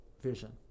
vision